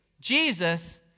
Jesus